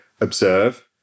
observe